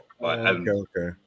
Okay